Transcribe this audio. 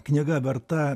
knyga verta